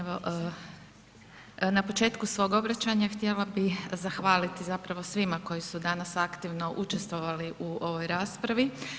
Evo, na početku svog obraćanja, htjela bih zahvaliti zapravo svima koji su danas aktivno učestali u ovoj raspravi.